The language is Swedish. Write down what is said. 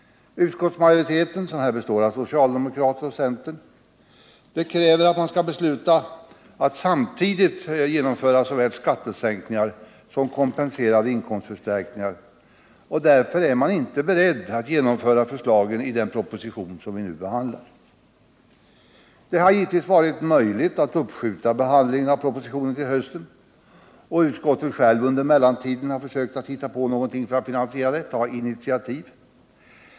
Utskottsmajoriteten, som här består av socialdemokrater och centerpartister, kräver att man skall besluta att samtidigt genomföra såväl skattesänkningar som kompenserande inkomstförstärkningar. Därför är man inte beredd att genomföra förslagen i den proposition som vi nu behandlar. Det hade givetvis varit möjligt att uppskjuta behandlingen av propositionen till hösten, och utskottet hade då under mellantiden kunnat försöka hitta på någonting för att finansiera skattesänkningarna — ta initiativ.